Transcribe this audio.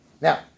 Now